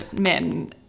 men